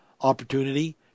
opportunity